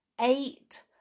eight